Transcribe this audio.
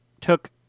took